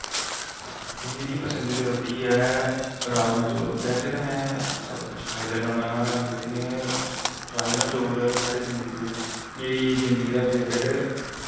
मेरी पसंदी दा रुट्टी ऐ राजमा चौल बैसे ता में सब कुछ खाई लैन्ना होन्ना लेकिन राजमा चौल साढ़ी जिन्दगी दा मेरी जिन्दगी दा फेवरट